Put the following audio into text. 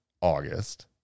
August